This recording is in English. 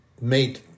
made